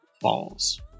falls